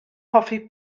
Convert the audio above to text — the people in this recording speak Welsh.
hoffi